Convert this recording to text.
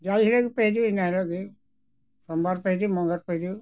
ᱡᱮᱦᱤᱞᱳᱜ ᱜᱮᱯᱮ ᱦᱤᱡᱩᱜ ᱤᱱᱟᱹ ᱦᱤᱞᱳᱜ ᱜᱮ ᱥᱚᱢᱵᱟᱨ ᱯᱮ ᱦᱤᱡᱩᱜ ᱢᱚᱝᱜᱚᱞᱵᱟᱨ ᱯᱮ ᱦᱤᱡᱩᱜ